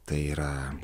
tai yra